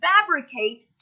fabricate